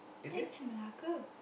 that's Malacca